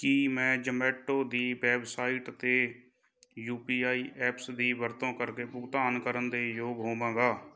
ਕੀ ਮੈਂ ਜ਼ਮੈਟੋ ਦੀ ਵੈੱਬਸਾਈਟ 'ਤੇ ਯੂ ਪੀ ਆਈ ਐਪਸ ਦੀ ਵਰਤੋਂ ਕਰਕੇ ਭੁਗਤਾਨ ਕਰਨ ਦੇ ਯੋਗ ਹੋਵਾਂਗਾ